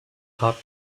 hut